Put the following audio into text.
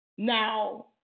Now